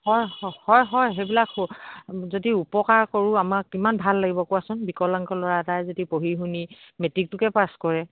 হয় হয় হয় সেইবিলাক যদি উপকাৰ কৰোঁ আমাৰ কিমান ভাল লাগিব কোৱাচোন বিকলাংগ ল'ৰা এটাই যদি পঢ়ি শুনি মেট্ৰিকটোকে পাছ কৰে